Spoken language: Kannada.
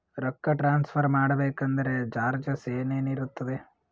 ರೊಕ್ಕ ಟ್ರಾನ್ಸ್ಫರ್ ಮಾಡಬೇಕೆಂದರೆ ಚಾರ್ಜಸ್ ಏನೇನಿರುತ್ತದೆ?